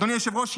אדוני היושב-ראש,